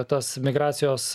tas migracijos